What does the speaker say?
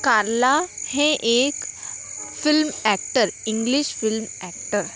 कारला हें एक film actor English film actor